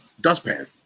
dustpan